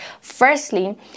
firstly